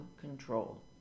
control